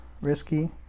risky